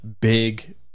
big